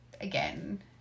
again